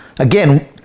Again